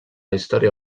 història